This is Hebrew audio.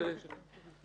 שולי,